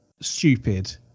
stupid